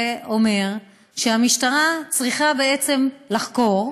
זה אומר שהמשטרה צריכה בעצם לחקור,